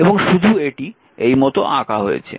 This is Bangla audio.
এবং শুধু এটি এই মত আঁকা হয়েছে